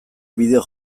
bideo